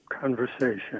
conversation